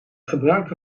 gebruikte